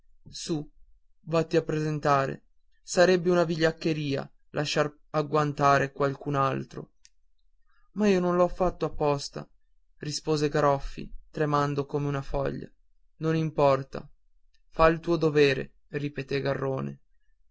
su vatti a presentare sarebbe una vigliaccheria lasciar agguantare qualcun altro ma io non l'ho fatto apposta rispose garoffi tremando come una foglia non importa fa il tuo dovere ripeté garrone